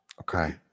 Okay